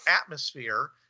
atmosphere